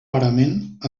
parament